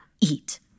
eat